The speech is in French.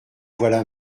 voilà